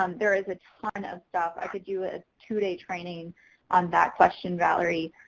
um there is a ton of stuff. i could do a two day training on that question, valerie,